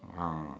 ah